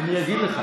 טרוריסט.